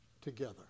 together